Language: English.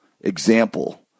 example